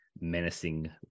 menacing